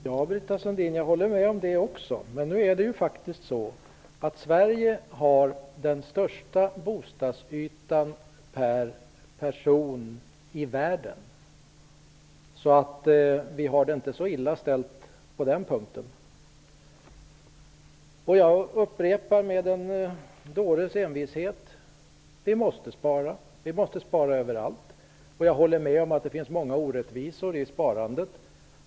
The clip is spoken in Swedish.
Herr talman! Ja, Britta Sundin, jag håller med om det också. Men nu har faktiskt Sverige den största bostadsytan per person i världen, så vi har det inte så illa ställt på den punkten. Jag upprepar med en dåres envishet att vi måste spara och att vi måste spara överallt. Jag håller med om att det finns många orättvisor i sparandet.